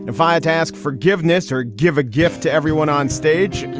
and fire to ask forgiveness or give a gift to everyone on stage.